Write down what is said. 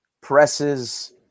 presses